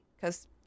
because-